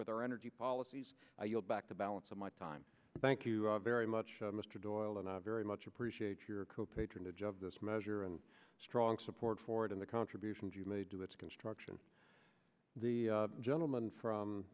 with our energy policies you'll back the balance of my time thank you very much mr doyle and i very much appreciate your co patronage of this measure and strong support for it in the contributions you made to its construction the gentleman from